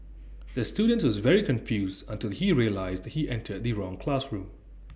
the student was very confused until he realised he entered the wrong classroom